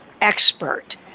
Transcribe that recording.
expert